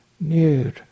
nude